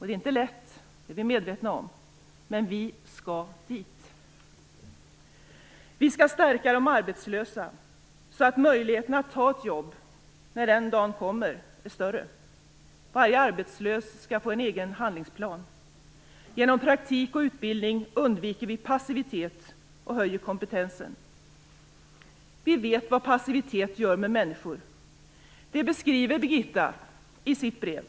Det är inte lätt, det är vi medvetna om, men vi skall dit. Vi skall stärka de arbetslösa så att möjligheten att ta ett jobb när den dagen kommer är större. Varje arbetslös skall få en egen handlingsplan. Genom praktik och utbildning undviker vi passivitet och höjer kompetensen. Vi vet vad passivitet gör med människor. Det beskriver Birgitta i sitt brev.